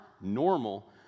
normal